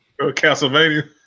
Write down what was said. Castlevania